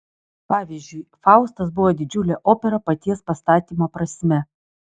pavyzdžiui faustas buvo didžiulė opera paties pastatymo prasme